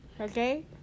Okay